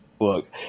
Look